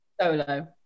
solo